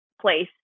place